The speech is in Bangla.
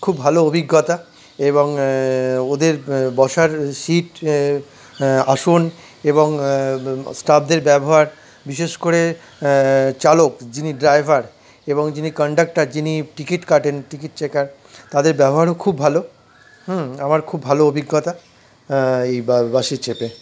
খুব ভালো অভিজ্ঞতা এবং ওদের বসার সিট আসন এবং স্টাফদের ব্যবহার বিশেষ করে চালক যিনি ড্রাইভার এবং যিনি কন্ডাক্টার যিনি টিকিট কাটেন টিকিট চেকার তাদের ব্যবহারও খুব ভালো হুম আমার খুব ভালো অভিজ্ঞতা এই বাসে চেপে